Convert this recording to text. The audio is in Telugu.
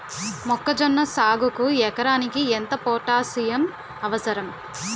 మొక్కజొన్న సాగుకు ఎకరానికి ఎంత పోటాస్సియం అవసరం?